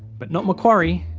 but not macquarie.